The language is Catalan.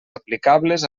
aplicables